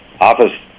Office